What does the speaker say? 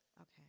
Okay